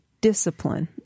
discipline